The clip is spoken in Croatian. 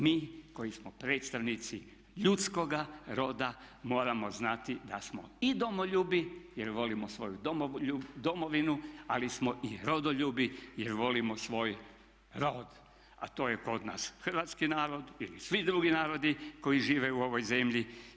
Mi koji smo predstavnici ljudskoga roda moramo znati da smo i domoljubi jer volimo svoju domovinu ali smo i rodoljubi jer volimo svoj rod, a to je kod nas hrvatski narod ili svi drugi narodi koji žive u ovoj zemlji.